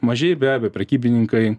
mažieji be abejo prekybininkai